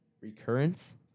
recurrence